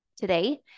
today